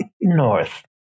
North